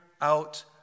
out